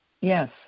Yes